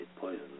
poisoned